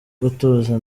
gutuza